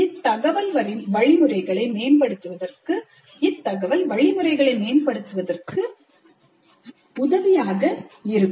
இத்தகவல் வழிமுறைகளை மேம்படுத்துவதற்கு உதவியாக இருக்கும்